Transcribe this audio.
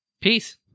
peace